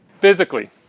Physically